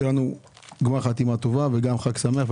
שיהיה לנו גמר חתימה טובה וגם חג שמח.